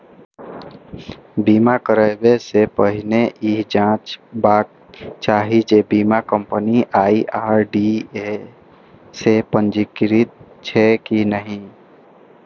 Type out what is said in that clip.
बीमा कराबै सं पहिने ई जांचबाक चाही जे बीमा कंपनी आई.आर.डी.ए सं पंजीकृत छैक की नहि